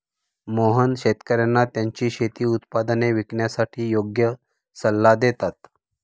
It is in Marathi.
मोहन शेतकर्यांना त्यांची शेती उत्पादने विकण्यासाठी योग्य सल्ला देतात